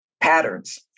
patterns